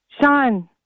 Sean